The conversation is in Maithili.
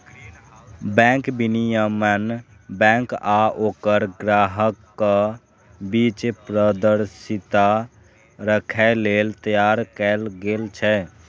बैंक विनियमन बैंक आ ओकर ग्राहकक बीच पारदर्शिता राखै लेल तैयार कैल गेल छै